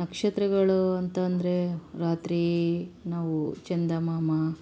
ನಕ್ಷತ್ರಗಳು ಅಂತ ಅಂದರೆ ರಾತ್ರಿ ನಾವು ಚಂದಮಾಮ